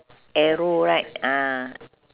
arrow right ah